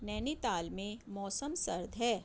نینی تال میں موسم سرد ہے